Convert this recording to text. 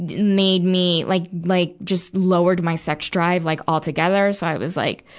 made me like, like, just lowered my sex drive, like all together. so i was like,